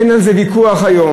אין על זה ויכוח היום.